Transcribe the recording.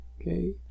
okay